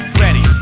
ready